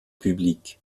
public